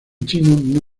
chino